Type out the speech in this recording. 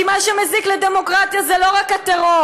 כי מה שמזיק לדמוקרטיה זה לא רק הטרור,